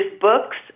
books